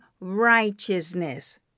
righteousness